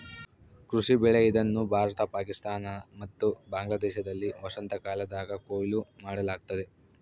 ಕೃಷಿ ಬೆಳೆ ಇದನ್ನು ಭಾರತ ಪಾಕಿಸ್ತಾನ ಮತ್ತು ಬಾಂಗ್ಲಾದೇಶದಲ್ಲಿ ವಸಂತಕಾಲದಾಗ ಕೊಯ್ಲು ಮಾಡಲಾಗ್ತತೆ